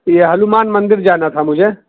یہ ہنومان مندر جانا تھا مجھے